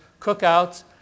cookouts